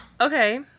okay